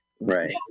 right